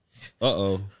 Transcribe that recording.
Uh-oh